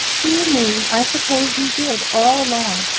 dear me! i suppose you did all along.